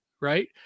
right